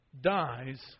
dies